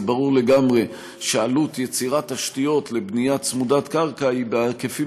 זה ברור לגמרי שעלות יצירת תשתיות לבנייה צמודת-קרקע היא בהיקפים